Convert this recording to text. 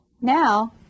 Now